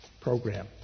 program